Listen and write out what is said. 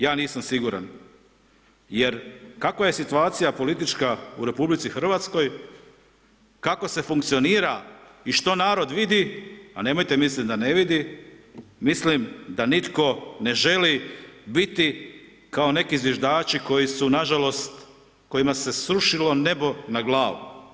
Ja nisam siguran jer kakva se situacija politička u RH, kako se funkcionira i što narod vidi, a nemojte misliti da ne vidi, mislim da nitko ne želi biti kao neki zviždači koji su nažalost, kojima se srušilo nebo na glavu.